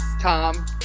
tom